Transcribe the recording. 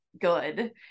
good